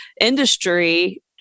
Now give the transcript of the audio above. industry